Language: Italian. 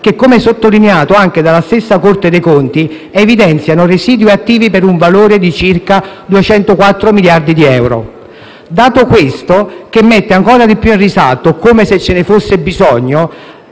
che, come sottolineato anche dalla Corte dei conti, evidenziano residui attivi per un valore di circa 204 miliardi dì euro; dato, questo, che mette ancora di più in risalto, come se ce ne fosse bisogno,